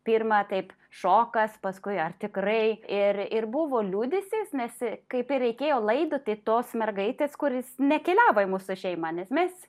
pirma taip šokas paskui ar tikrai ir ir buvo liūdesys nes kaip ir reikėjo laidoti tos mergaitės kuris nekeliavo į mūsų šeima nes mes